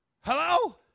Hello